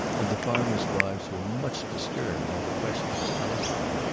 and the farmers' wives were much disturbed by the questions asked them.